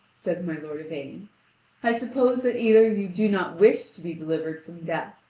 says my lord yvain i suppose that either you do not wish to be delivered from death,